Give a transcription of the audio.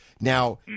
now